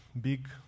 big